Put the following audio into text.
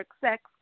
sex